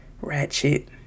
ratchet